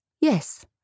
Yes